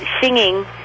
singing